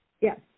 Yes